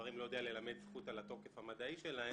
הדברים אני לא יודע ללמד זכות על התוקף המדעי שלהם.